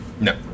No